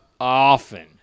often